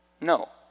No